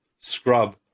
scrub